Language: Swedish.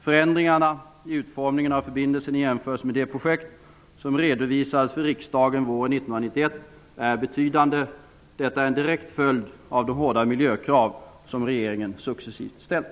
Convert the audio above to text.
Förändringarna i utformningen av förbindelsen i jämförelse med det projekt som redovisades för riksdagen våren 1991 är betydande. Detta är en direkt följd av de hårda miljökrav som regeringen successivt har ställt.